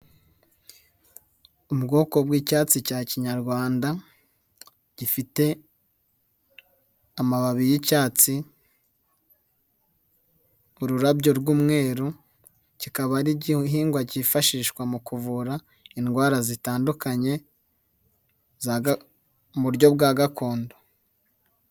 Ubwoko bw'icyatsi cya kinyarwanda gifite amababi y'icyatsi, ururabyo rw'umweru, kikaba ari igihingwa cyifashishwa mu kuvura indwara zitandukanye mu buryo bwa gakondo.